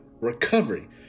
recovery